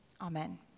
Amen